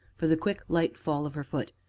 for the quick, light fall of her foot,